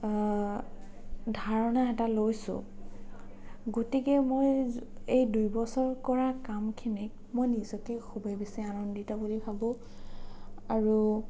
ধাৰণা এটা লৈছোঁ গতিকে মই এই এই দুইবছত কৰা কামখিনিত মই নিজকে খুবেই বেছি আনন্দিত বুলি ভাবোঁ আৰু